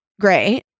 great